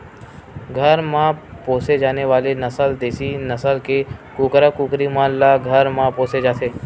घर म पोसे जाने वाले नसल देसी नसल के कुकरा कुकरी मन ल घर म पोसे जाथे